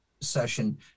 session